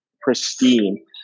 pristine